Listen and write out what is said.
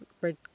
red